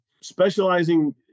specializing